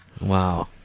Wow